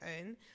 own